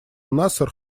насер